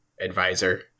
advisor